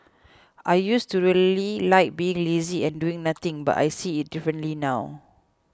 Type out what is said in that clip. I used to really like being lazy and doing nothing but I see it differently now